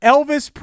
Elvis